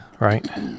right